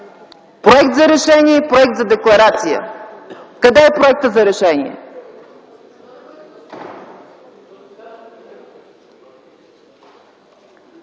проект за решение, проект за декларация. Къде е проектът за решение?